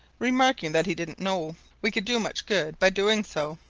remarking that he didn't know we could do much good by doing so.